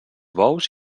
bous